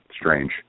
strange